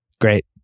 Great